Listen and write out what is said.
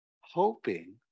hoping